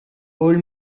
old